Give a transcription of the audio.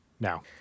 now